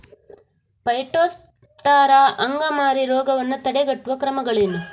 Phytophthora ಅಂಗಮಾರಿ ರೋಗವನ್ನು ತಡೆಗಟ್ಟುವ ಕ್ರಮಗಳೇನು?